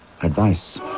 advice